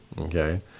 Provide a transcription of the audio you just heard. okay